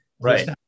Right